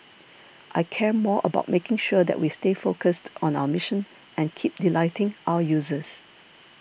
I care more about making sure that we stay focused on our mission and keep delighting our users